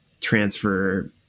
transfer